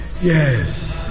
Yes